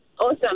Awesome